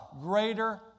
greater